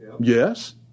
Yes